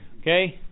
Okay